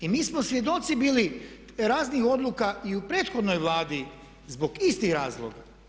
I mi smo svjedoci bili raznih odluka i u prethodnoj Vladi zbog istih razloga.